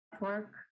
work